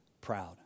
proud